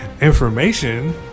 information